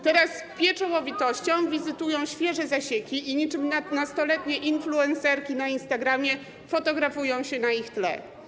Teraz z pieczołowitością wizytują świeże zasieki i niczym nastoletnie influencerki na Instagramie fotografują się na ich tle.